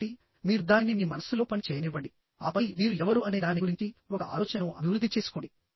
కాబట్టి మీరు దానిని మీ మనస్సులో పని చేయనివ్వండి ఆపై మీరు ఎవరు అనే దాని గురించి ఒక ఆలోచనను అభివృద్ధి చేసుకోండి